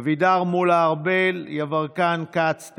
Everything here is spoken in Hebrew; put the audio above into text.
אבידר, מולא, ארבל, יברקן, כץ.